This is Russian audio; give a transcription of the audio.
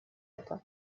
это